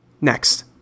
Next